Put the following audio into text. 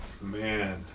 man